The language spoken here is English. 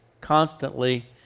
constantly